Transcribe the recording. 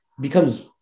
becomes